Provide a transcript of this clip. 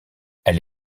elle